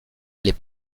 les